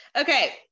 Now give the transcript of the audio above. Okay